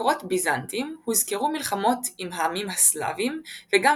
במקורות ביזנטים הוזכרו מלחמות עם העמים הסלאבים וגם